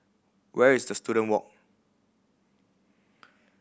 where is the Student Walk